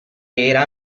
era